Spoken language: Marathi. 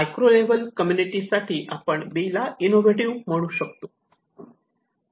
मायक्रो लेव्हल कम्युनिटी साठी आपण 'बी' ला इनोव्हेटिव्ह म्हणू शकतो